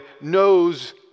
knows